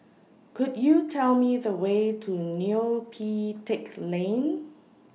Could YOU Tell Me The Way to Neo Pee Teck Lane